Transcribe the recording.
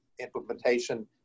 implementation